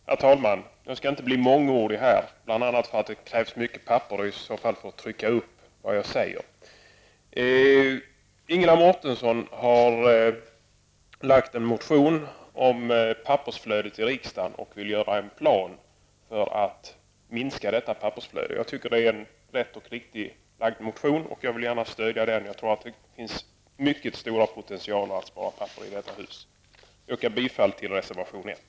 Herr talman! Jag skall inte bli mångordig, bl.a. därför att det i så fall krävs mycket papper för att trycka vad jag säger. Ingela Mårtensson har väckt en motion om pappersflödet i riksdagen och vill att det skall göras en plan för att minska detta pappersflöde. Jag tycker att den motionen är rätt och riktig, och jag vill gärna stödja den. Jag tror att det finns mycket stora potentialer för att spara papper i detta hus. Jag yrkar bifall till reservation 1.